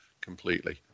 completely